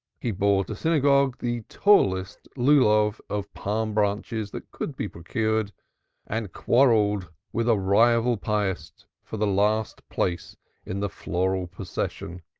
he bore to synagogue the tallest lulav of palm-branches that could be procured and quarrelled with a rival pietist for the last place in the floral procession,